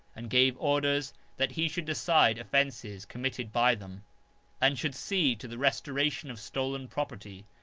and gave orders that he should decide offences committed by them and should see to the restoration of stolen property,